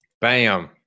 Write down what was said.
bam